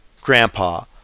grandpa